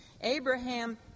Abraham